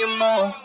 more